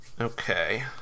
Okay